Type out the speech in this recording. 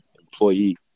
employee